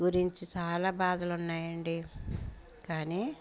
గురించి చాలా బాధలున్నాయి అండి కానీ